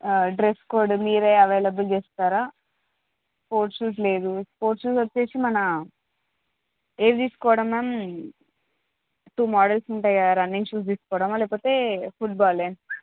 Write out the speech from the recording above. dress code మీరే available చేస్తారా sport shoes లేదు స్పోర్ట్ షూస్ వచ్చి మన ఏవి తీసుకోవడం మ్యామ్ టూ మోడల్స్ ఉంటాయి కదా రన్నింగ్ షూస్ తీసుకోవడమా లేకపోతే ఫుట్బాల్వా